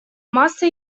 масса